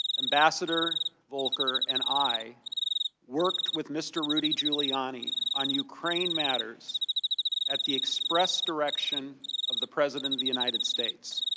ambassador volker and i worked with mr. rudy giuliani on ukraine matters at the expressed direction of the president of the united states.